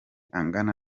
angana